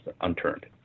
unturned